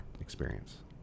experience